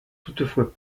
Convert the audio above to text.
toutefois